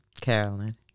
Carolyn